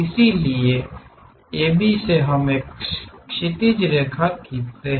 इसलिए AB से हम एक क्षैतिज रेखा खींचते हैं